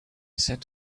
set